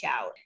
out